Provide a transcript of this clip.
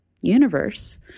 universe